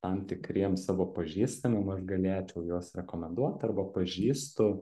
tam tikriems savo pažįstamiem aš galėčiau juos rekomenduot arba pažįstu